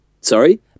Sorry